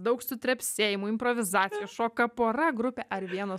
daug sutrepsėjimų improvizacijos šoka pora grupė ar vienas